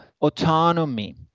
autonomy